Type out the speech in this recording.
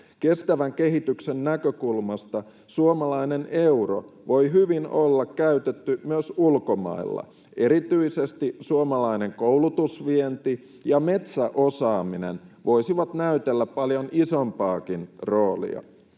Kestävän kehityksen näkökulmasta suomalainen euro voi hyvin olla käytetty myös ulkomailla. Erityisesti suomalainen koulutusvienti ja metsäosaaminen voisivat näytellä paljon isompaakin roolia.